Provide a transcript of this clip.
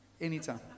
anytime